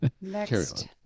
Next